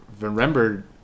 remembered